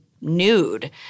nude